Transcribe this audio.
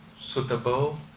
suitable